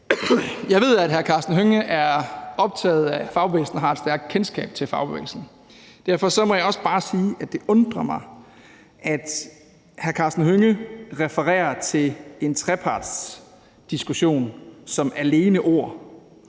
Jeg ved, at hr. Karsten Hønge er optaget af fagbevægelsen og har et stærkt kendskab til fagbevægelsen. Derfor må jeg også bare sige, at det undrer mig, at hr. Karsten Hønge refererer til en trepartsdiskussion som værende